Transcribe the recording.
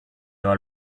all